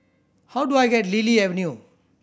how do I get Lily Avenue